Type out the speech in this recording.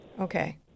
Okay